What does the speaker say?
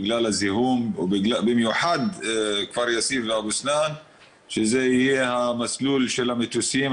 בגלל הזיהום ובמיוחד כפר יאסיף ואבו סנאן שזה יהיה המסלול של המטוסים,